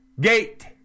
gate